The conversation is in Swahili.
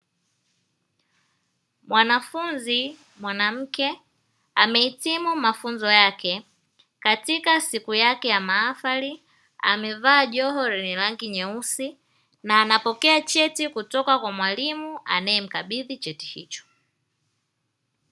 Mwanafunzi mwanamke amehitimu mafunzo yake katika siku yake ya mahafali amevaa joho lenye rangi nyeusi na anapokea cheti kutoka kwa mwalimu anayemkabidhi cheti hicho.